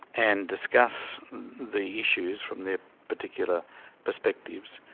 and discuss the issues from their particular perspectives,